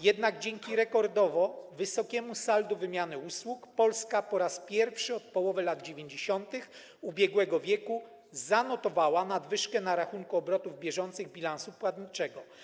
Jednak dzięki rekordowo wysokiemu saldu wymiany usług Polska po raz pierwszy od połowy lat 90. ubiegłego wieku zanotowała nadwyżkę na rachunku obrotów bieżących bilansu płatniczego.